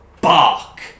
bark